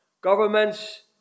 governments